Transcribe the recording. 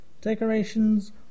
decorations